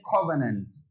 covenant